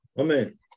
Amen